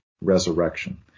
resurrection